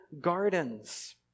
gardens